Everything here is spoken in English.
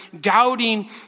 doubting